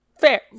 Fair